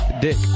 Dick